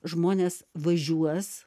žmonės važiuos